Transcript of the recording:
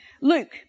Luke